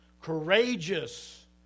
courageous